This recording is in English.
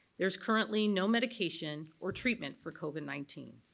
there's currently no medication or treatment for covid nineteen.